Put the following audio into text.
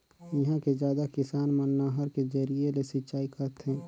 इहां के जादा किसान मन नहर के जरिए ले सिंचई करथे